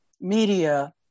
media